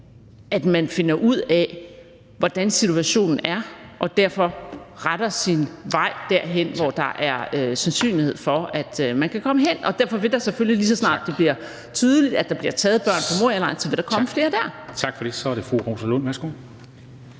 at man finder ud af, hvordan situationen er, og derfor retter sin vej derhen, hvor der er sandsynlighed for, at man kan komme hen. Derfor vil der selvfølgelig, lige så snart det bliver tydeligt, at der bliver taget børn fra Morialejren, komme flere der. Kl. 16:53 Formanden (Henrik Dam